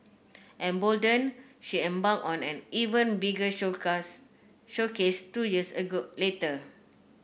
emboldened she embarked on an even bigger showcase two years later